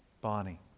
Bonnie